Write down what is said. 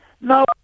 no